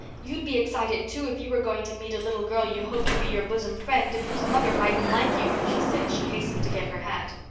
you'd be excited, too, if you were going to meet a little girl you hoped to be your bosom friend and whose mother mightn't like you, she said as she hastened to get her hat.